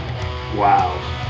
Wow